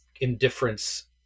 indifference